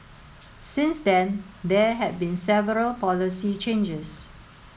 since then there had been several policy changes